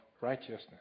righteousness